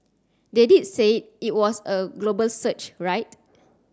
they did say it was a global search right